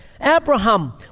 Abraham